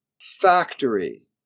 factory